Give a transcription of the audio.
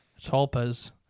Talpas